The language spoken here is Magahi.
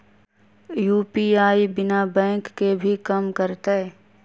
यू.पी.आई बिना बैंक के भी कम करतै?